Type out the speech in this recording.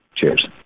Cheers